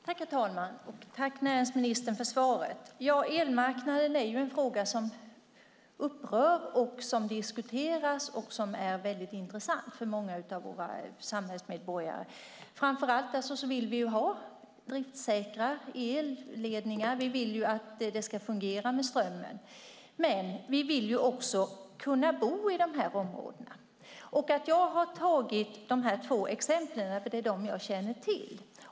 Herr talman! Tack, näringsministern, för svaret! Elmarknaden är en fråga som upprör och som diskuteras och är väldigt intressant för många av våra samhällsmedborgare. Framför allt vill vi ha driftsäkra elledningar, för vi vill ju att det ska fungera med strömmen. Men vi vill också kunna bo i de här områdena, och jag har tagit dessa två exempel eftersom det är dem jag känner till.